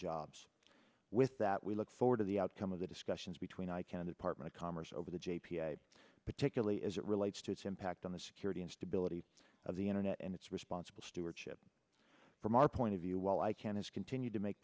jobs with that we look forward to the outcome of the discussions between icann that part of the commerce over the j p particularly as it relates to its impact on the security and stability of the internet and it's responsible stewardship from our point of view while i can has continued to make